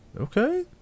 okay